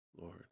Lord